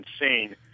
insane